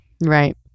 Right